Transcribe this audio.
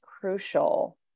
crucial